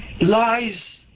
lies